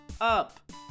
up